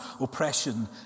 oppression